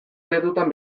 eredutan